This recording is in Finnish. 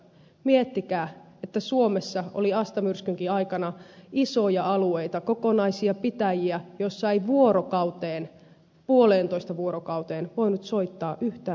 miettikää että suomessa oli asta myrskynkin aikana isoja alueita kokonaisia pitäjiä joissa ei vuorokauteen tai puoleentoista vuorokauteen voinut soittaa yhtään minnekään